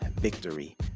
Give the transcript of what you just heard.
victory